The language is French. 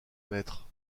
maître